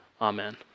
Amen